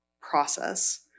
process